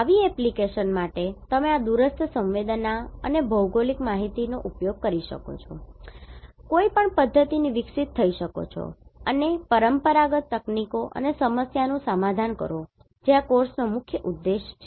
આવી એપ્લિકેશન માટે તમે આ દૂરસ્થ સંવેદના અને GIS ભૌગોલિક માહિતી પધ્ધતિ નો ઉપયોગ કરીને કોઈ પદ્ધતિથી વિકસિત થઈ શકો છો અને પરંપરાગત તકનીકો અને સમસ્યાનું સમાધાન કરો જે આ કોર્સનો મુખ્ય ઉદ્દેશ છે